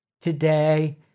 Today